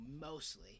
mostly